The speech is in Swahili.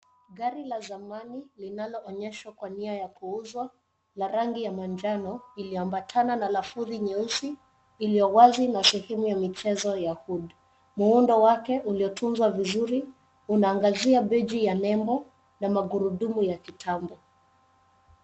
Gari la zamani linaloonyeshwa kwa nia ya kuuzwa la rangi ya manjano iliambatana na lafudhi nyeusi iliyo wazi na sehemu ya michezo ya hood . Muundo wake uliotunzwa vizuri unaangazia beige ya nembo na magurudumu ya kitambo.